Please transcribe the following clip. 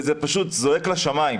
וזה פשוט זועק לשמיים,